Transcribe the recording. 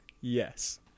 Yes